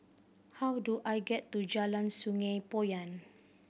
how do I get to Jalan Sungei Poyan